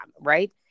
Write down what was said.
right